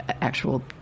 actual